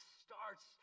starts